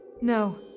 No